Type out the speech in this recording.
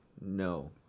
No